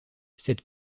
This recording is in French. cette